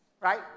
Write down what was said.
Right